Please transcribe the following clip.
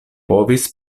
povis